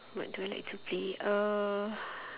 what do I like to play uh